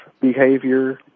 behavior